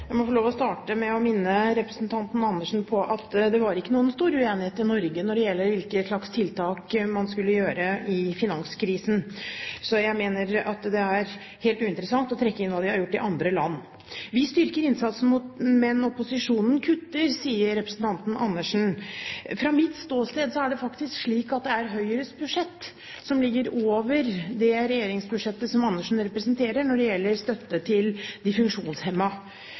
Jeg må få lov til å starte med å minne representanten Andersen om at det ikke var noen stor uenighet i Norge når det gjelder hvilke tiltak man skulle gjøre i finanskrisen, så jeg mener at det er helt uinteressant å trekke inn hva som er gjort i andre land. Vi styrker innsatsen, men opposisjonen kutter, sier representanten Andersen. Fra mitt ståsted er det faktisk slik at det er Høyres budsjett som ligger over det regjeringsbudsjettet som Andersen representerer, når det gjelder støtte til de